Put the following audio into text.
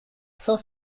saint